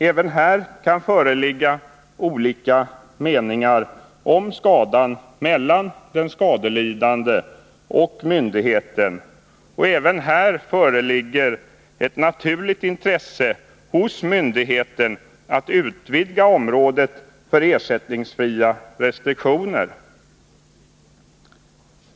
Även här kan det mellan den skadelidande och myndigheten föreligga olika meningar om 17 skadan, och även här föreligger ett naturligt intresse hos myndigheten att utvidga området för ersättningsfria restriktioner.